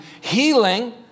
healing